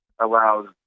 allows